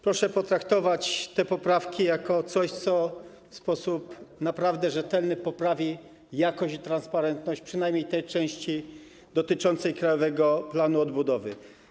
Proszę potraktować te poprawki jako coś, co w sposób naprawdę rzetelny poprawi jakość i transparentność przynajmniej części dotyczącej Krajowego Planu Odbudowy.